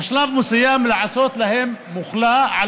בשלב מסוים לעשות להם מכלאה,